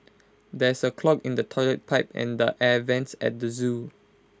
there is A clog in the Toilet Pipe and the air Vents at the Zoo